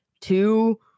two